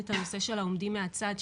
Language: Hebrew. את הנושא של העומדים מהצד,